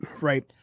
right